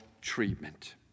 treatment